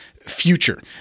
Future